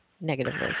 negatively